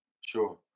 Sure